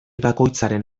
bakoitzaren